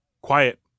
quiet